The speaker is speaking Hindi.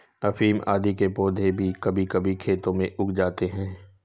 अफीम आदि के पौधे भी कभी कभी खेतों में उग जाते हैं